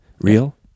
real